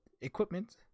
equipment